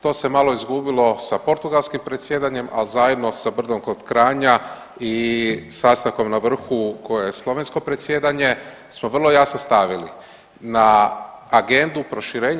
To se malo izgubilo sa portugalskim predsjedanjem, a zajedno sa Brdom kod Kranja i sastankom na vrhu koje je slovensko predsjedanje smo vrlo jasno stavili na agendu proširenje.